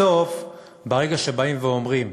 בסוף, ברגע שבאים ואומרים: